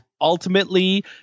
ultimately